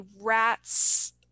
rats